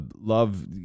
Love